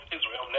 Israel